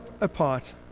apart